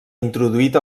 introduït